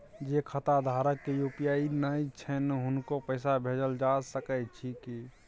जे खाता धारक के यु.पी.आई नय छैन हुनको पैसा भेजल जा सकै छी कि?